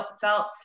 felt